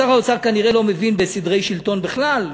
שר האוצר כנראה לא מבין בסדרי שלטון בכלל,